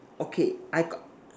okay I got